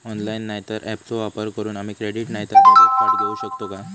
Online नाय तर ऍपचो वापर करून आम्ही क्रेडिट नाय तर डेबिट कार्ड घेऊ शकतो का?